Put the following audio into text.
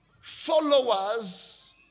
followers